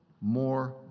more